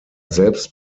selbst